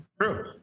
True